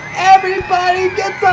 everybody